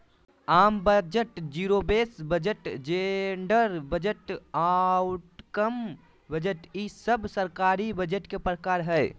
आम budget, zero base budget, gender budget, outcome budget ई सब सरकारी बजट के प्रकार हय